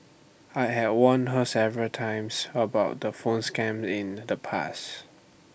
I had warned her several times about the phone scams in the past